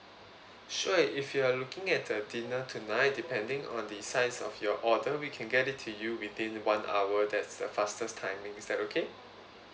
sure if you are looking at uh dinner tonight depending on the size of your order we can get it to you within one hour that's the fastest timing is that okay